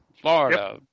Florida